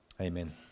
Amen